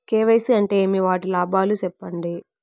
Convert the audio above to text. KYC అంటే ఏమి? వాటి లాభాలు సెప్పండి?